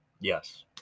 Yes